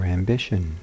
ambition